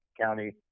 County